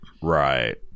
right